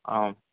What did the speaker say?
ஆ